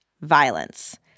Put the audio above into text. violence